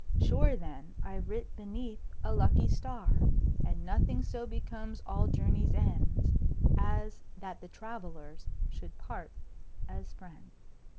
sure then i've writ beneath a lucky star and nothing so becomes all journeys' ends as that the travellers should part as friends.